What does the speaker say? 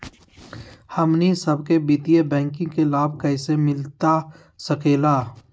हमनी सबके वित्तीय बैंकिंग के लाभ कैसे मिलता सके ला?